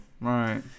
right